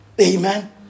amen